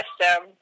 System